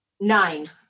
Nine